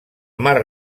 mar